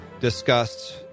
discussed